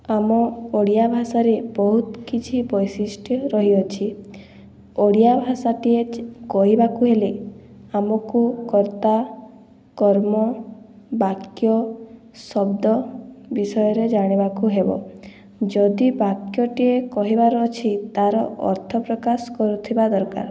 ଆମ ଓଡ଼ିଆଭାଷାରେ ବହୁତ କିଛି ବୈଶିଷ୍ଟି ରହିଅଛି ଓଡ଼ିଆ ଭାଷାଟିଏ କହିବାକୁ ହେଲେ ଆମକୁ କର୍ତ୍ତା କର୍ମ ବାକ୍ୟ ଶବ୍ଦ ବିଷୟରେ ଜାଣିବାକୁ ହେବ ଯଦି ବାକ୍ୟଟିଏ କହିବାର ଅଛି ତାର ଅର୍ଥପ୍ରକାଶ କରୁଥିବା ଦରକାର